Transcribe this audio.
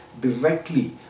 directly